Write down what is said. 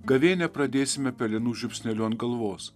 gavėnią pradėsime pelenų žiupsneliu ant galvos